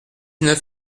neuf